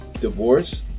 divorce